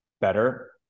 better